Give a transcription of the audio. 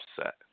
upset